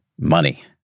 money